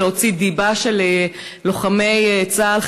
להוציא דיבה של לוחמי צה"ל,